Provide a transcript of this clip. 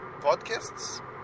podcasts